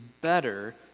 better